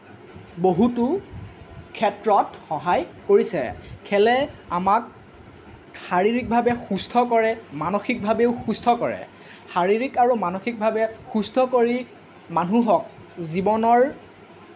বহুতো ক্ষেত্ৰত সহায় কৰিছে খেলে আমাক শাৰীৰিকভাৱে সুস্থ কৰে মানসিকভাৱেও সুস্থ কৰে শাৰীৰিক আৰু মানসিকভাৱে সুস্থ কৰি মানুহক জীৱনৰ